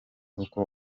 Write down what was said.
uko